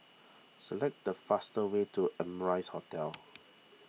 select the faster way to Amrise Hotel